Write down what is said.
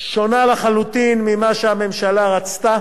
שונה לחלוטין ממה שהממשלה רצתה,